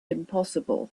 impossible